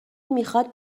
میخواد